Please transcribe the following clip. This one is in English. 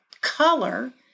color